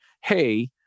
hey